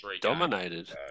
dominated